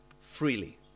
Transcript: freely